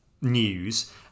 News